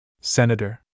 Senator